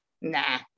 nah